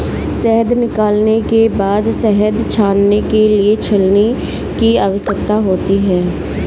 शहद निकालने के बाद शहद छानने के लिए छलनी की आवश्यकता होती है